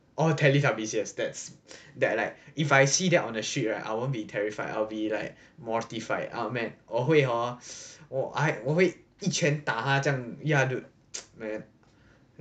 orh teletubbies yes that's that like if I see them on the street right I won't be terrified I'll be like mortified ah man 我会 hor 我 I 我会一拳打它这样 ya dude